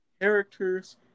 characters